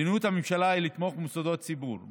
מדיניות הממשלה היא לתמוך במוסדות ציבור,